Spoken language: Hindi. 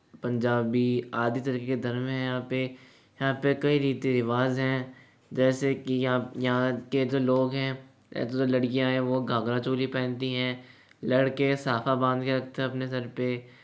पंजाबी आदि तरह के धर्म हैं यहाँ पे यहाँ पे कई रीति रिवाज़ हैं जैसे कि यहाँ यहाँ के जो लोग हैं जो लड़कियाँ हैं वो घाघरा चोली पहनती हैं लड़के साफ़ा बांध के रखते हैं अपने सर पे